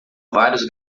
vários